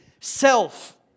Self